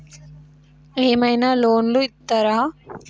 ఏమైనా లోన్లు ఇత్తరా?